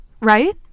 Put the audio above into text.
right